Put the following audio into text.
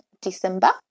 December